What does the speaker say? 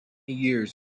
years